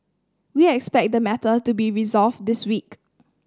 we expect the matter to be resolved this week